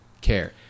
care